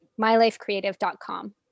MyLifeCreative.com